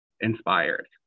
inspired